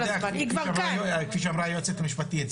כפי שאמרה היועצת המשפטית,